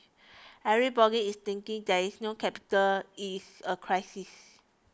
everybody is thinking there is no capital is a crisis